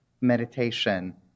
meditation